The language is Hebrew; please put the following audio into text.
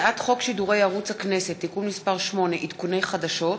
הצעת חוק שידורי ערוץ הכנסת (תיקון מס' 8) (עדכוני חדשות),